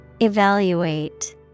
Evaluate